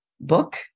book